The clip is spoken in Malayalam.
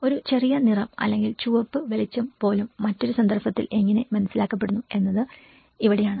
ഒരു ചെറിയ നിറം അല്ലെങ്കിൽ ചുവപ്പ് വെളിച്ചം പോലും മറ്റൊരു സന്ദർഭത്തിൽ എങ്ങനെ മനസ്സിലാക്കപ്പെടുന്നു എന്നത് ഇവിടെയാണ്